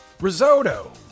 risotto